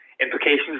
implications